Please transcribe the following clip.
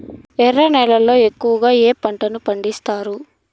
ఎర్ర నేలల్లో ఎక్కువగా ఏ పంటలు పండిస్తారు